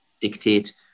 dictate